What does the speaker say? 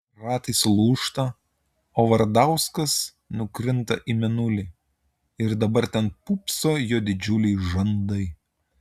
ratai sulūžta o vardauskas nukrinta į mėnulį ir dabar ten pūpso jo didžiuliai žandai